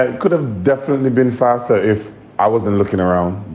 it could have definitely been faster if i wasn't looking around.